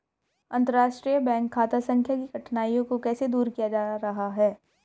अंतर्राष्ट्रीय बैंक खाता संख्या की कठिनाइयों को कैसे दूर किया जा रहा है?